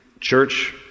church